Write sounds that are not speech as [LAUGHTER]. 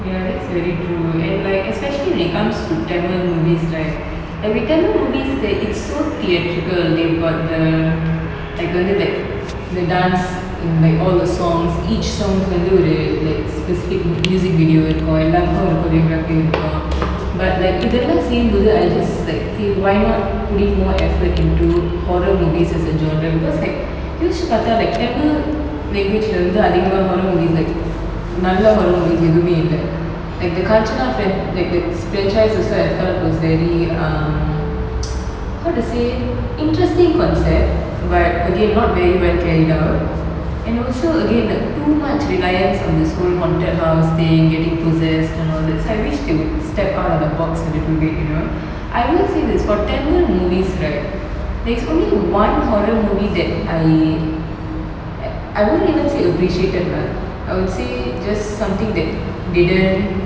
ya that's very true and like especially when it comes to tamil movies right like we tamil movies right it's so theatrical they got the like வந்து:vanthu like the dance in like all the songs each song ஒரு:oru like specific music video இருக்கும் எல்லாத்துக்கும் ஒரு:irukum ellathukum oru choreography இருக்கும்:irukum but like இதுலாம் சேர்ந்தது:idhulam sernthathu I just like feel why not put in more effort into horror movies as a genre because like யோசிச்சு பார்த்தா:yosichu partha like tamil language ல வந்து அதிகமா:la vanthu adhigama horror movies like நல்ல:nalla horror movies எதுமே இல்ல: edhume illa like the Kanchana fra~ like th~ franchise also I felt was very um [NOISE] how to say interesting concept but again not very well carried out and also again like too much reliance on this whole haunted house they getting possessed and all that so I wished they would step out of the box a little bit you know I will say that's for tamil movies right there is only one horror movie that I en~ I wouldn't even say appreciated lah I would say just something that didn't